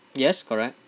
yes correct